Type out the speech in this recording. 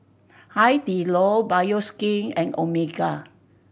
Hai Di Lao Bioskin and Omega